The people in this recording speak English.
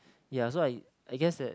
ya so I I guess that